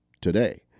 today